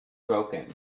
broken